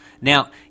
Now